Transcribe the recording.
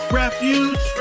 refuge